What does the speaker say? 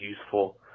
useful